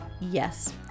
Yes